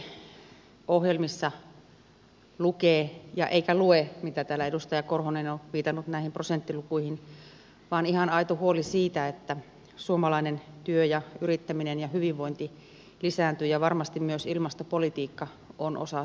aivan selkeästi ohjelmissa lukee ja ei lue mitä täällä edustaja korhonen on viitannut näihin prosenttilukuihin ihan aito huoli siitä että suomalainen työ yrittäminen ja hyvinvointi lisääntyy ja varmasti myös ilmastopolitiikka on osa sitä